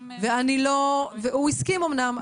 הוא אמנם הסכים,